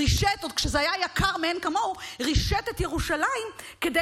עוד כשזה היה יקר מאין כמוהו הוא רישת את ירושלים כדי